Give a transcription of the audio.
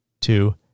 two